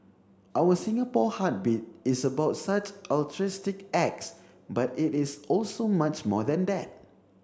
our Singapore Heartbeat is about such altruistic acts but it is also much more than that